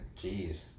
Jeez